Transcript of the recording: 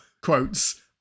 quotes